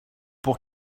pour